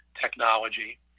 technology